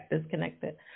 disconnected